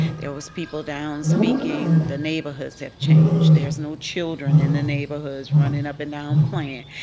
there was people down speaking, the neighborhoods have changed. there's no children in the neighborhoods running up and down playing.